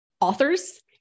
authors